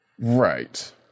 right